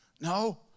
No